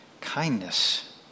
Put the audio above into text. kindness